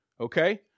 okay